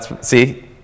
See